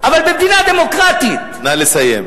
אבל במדינה דמוקרטית, נא לסיים.